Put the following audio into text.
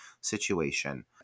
situation